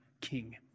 King